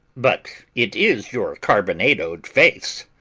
but it is your carbonado'd face.